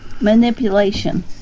manipulation